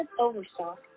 overstock